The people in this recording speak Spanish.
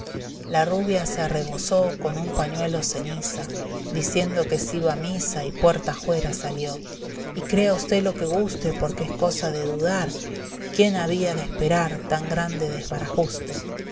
la rubia se arrebozó con un pañuelo ceniza diciendo que se iba a misa y puerta ajuera salió y crea usté lo que guste porque es cosa de dudar quién había de esperar tan grande desbarajuste